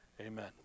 Amen